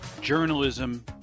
journalism